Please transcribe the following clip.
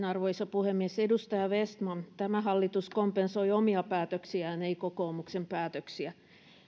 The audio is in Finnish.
arvoisa puhemies edustaja vestman tämä hallitus kompensoi omia päätöksiään ei kokoomuksen päätöksiä